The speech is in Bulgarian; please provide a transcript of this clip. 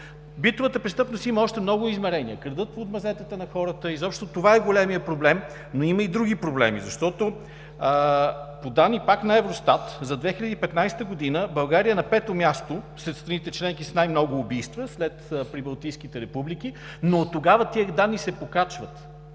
Битовата престъпност има още много измерения: крадат от мазетата на хората. Изобщо това е големият проблем, но има и други проблеми. Защото по данни пак на Евростат за 2015 г. България е на пето място сред страните членки с най-много убийства, след прибалтийските републики, но оттогава тези данни се покачват